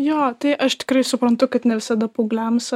jo tai aš tikrai suprantu kad ne visada paaugliams